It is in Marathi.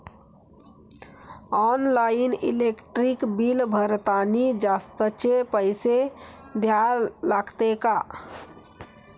ऑनलाईन इलेक्ट्रिक बिल भरतानी जास्तचे पैसे द्या लागते का?